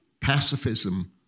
pacifism